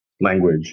language